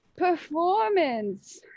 Performance